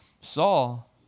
Saul